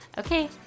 Okay